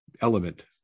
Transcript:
element